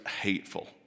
hateful